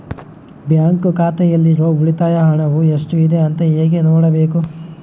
Bank ಖಾತೆಯಲ್ಲಿರುವ ಉಳಿತಾಯ ಹಣವು ಎಷ್ಟುಇದೆ ಅಂತ ಹೇಗೆ ನೋಡಬೇಕು?